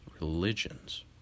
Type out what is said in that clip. religions